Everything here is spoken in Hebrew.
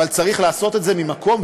אבל צריך לעשות את זה ממקום,